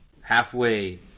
halfway